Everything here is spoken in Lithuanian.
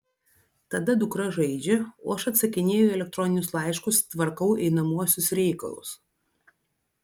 tada dukra žaidžia o aš atsakinėju į elektroninius laiškus tvarkau einamuosius reikalus